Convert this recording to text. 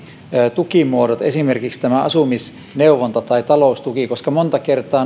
tukimuodot esimerkiksi asumisneuvonta tai taloustuki koska monta kertaa